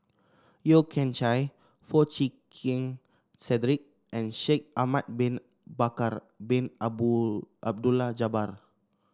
Yeo Kian Chye Foo Chee Keng Cedric and Shaikh Ahmad Bin Bakar Bin Abdullah Jabbar